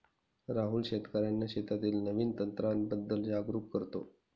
राहुल शेतकर्यांना शेतीतील नवीन तंत्रांबद्दल जागरूक करतो